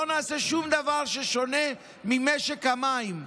לא נעשה שום דבר ששונה ממשק המים.